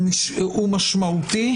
ומשמעותי.